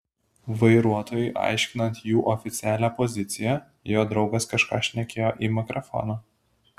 vairuotojui aiškinant jų oficialią poziciją jo draugas kažką šnekėjo į mikrofoną